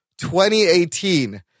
2018